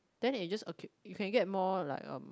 then it just okay you can get more like um